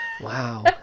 Wow